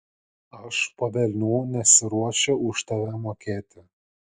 aš po velnių nesiruošiu už tave mokėti